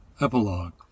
Epilogue